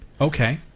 Okay